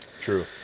True